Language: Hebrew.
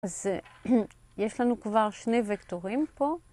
אז יש לנו כבר שני וקטורים פה.